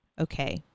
okay